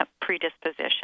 predisposition